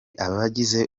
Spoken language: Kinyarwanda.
abagize